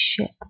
ship